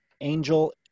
angel